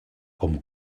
com